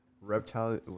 reptile